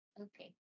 Okay